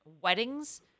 weddings